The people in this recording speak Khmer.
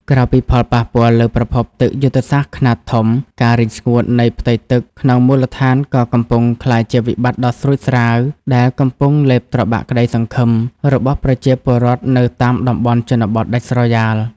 ក្រៅពីផលប៉ះពាល់លើប្រភពទឹកយុទ្ធសាស្ត្រខ្នាតធំ ការរីងស្ងួតនៃផ្ទៃទឹកក្នុងមូលដ្ឋានក៏កំពុងក្លាយជាវិបត្តិដ៏ស្រួចស្រាវដែលកំពុងលេបត្របាក់ក្តីសង្ឃឹមរបស់ប្រជាពលរដ្ឋនៅតាមតំបន់ជនបទដាច់ស្រយាល។